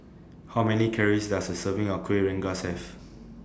How Many Calories Does A Serving of Kuih Rengas Have